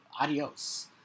Adios